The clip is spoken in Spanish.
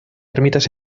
ermitas